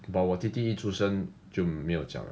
but 我弟弟一出生就没有这样了